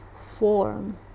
form